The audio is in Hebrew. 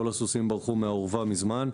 כל הסוסים ברחו מן האורווה מזמן.